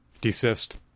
desist